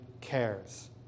cares